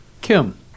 Kim